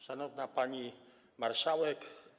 Szanowna Pani Marszałek!